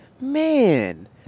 Man